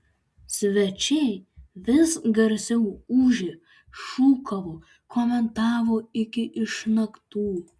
svečiai vis garsiau ūžė šūkavo komentavo iki išnaktų